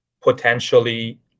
potentially